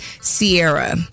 Sierra